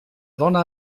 dona